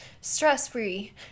stress-free